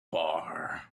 bar